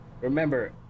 remember